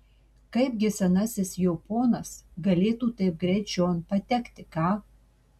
kaipgi senasis jo ponas galėtų taip greit čion patekti ką